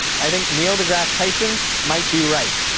i think neil degrasse tyson might be right.